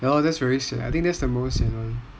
ya that's very sian that's the most sian [one]